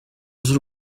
z’u